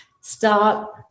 stop